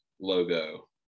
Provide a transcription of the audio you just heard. logo